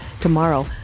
Tomorrow